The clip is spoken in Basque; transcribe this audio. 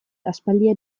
aspaldian